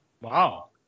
Wow